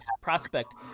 prospect